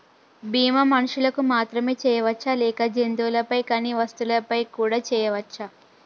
బీమా మనుషులకు మాత్రమే చెయ్యవచ్చా లేక జంతువులపై కానీ వస్తువులపై కూడా చేయ వచ్చా?